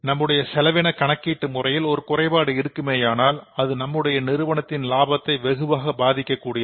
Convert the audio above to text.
நம்முடைய செலவின கணக்கீடு முறையில் ஒரு குறைபாடு இருக்குமேயானால் அது நம்முடைய நிறுவனத்தின் லாபத்தை வெகுவாக பாதிக்கக்கூடியது